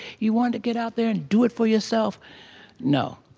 you wanted to get out there and do it for yourself no.